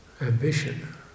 ambition